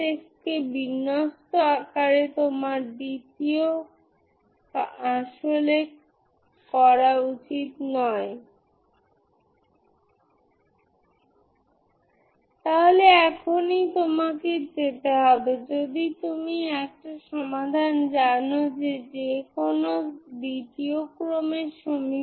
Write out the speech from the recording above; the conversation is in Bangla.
একইভাবে তাই আপনার এখানে থাকা উচিত এর অর্থ এই মুহুর্তে যদি আপনি এই দিক থেকে ওই দিকে সীমা গ্রহণ করেন মানটি ফিনিট হওয়া উচিত